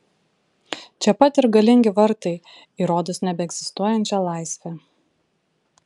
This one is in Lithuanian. čia pat ir galingi vartai į rodos nebeegzistuojančią laisvę